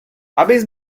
abys